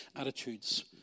attitudes